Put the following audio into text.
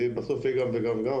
זה יהיה בסוף גם וגם וגם,